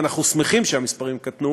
ואנחנו שמחים שהמספרים קטנו,